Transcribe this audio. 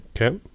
Okay